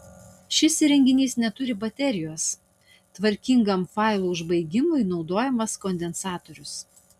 šis įrenginys neturi baterijos tvarkingam failų užbaigimui naudojamas kondensatorius